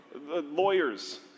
lawyers